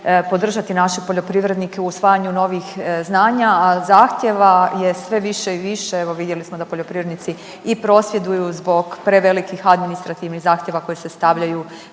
podržati naše poljoprivrednike u usvajanju novih znanja, a zahtjeva je sve više i više, evo, vidjeli smo da poljoprivrednici i prosvjeduju zbog prevelikih administrativnih zahtjeva koji se stavljaju